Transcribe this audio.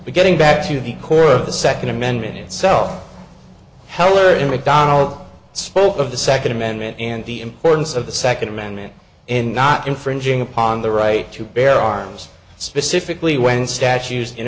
getting back to the core of the second amendment itself heller in mcdonald spoke of the second amendment and the importance of the second amendment in not infringing upon the right to bear arms specifically when statues in